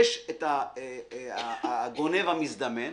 יש את הגונב המזדמן,